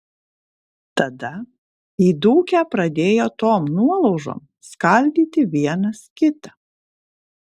tada įdūkę pradėjo tom nuolaužom skaldyti vienas kitą